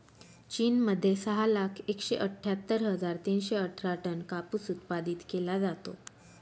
चीन मध्ये सहा लाख एकशे अठ्ठ्यातर हजार तीनशे अठरा टन कापूस उत्पादित केला जातो